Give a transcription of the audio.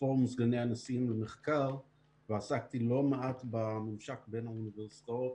פורום סגני הנשיאים למחקר ועסקתי לא מעט בממשק בין האוניברסיטאות